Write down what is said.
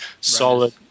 solid